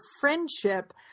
friendship